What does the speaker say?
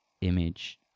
image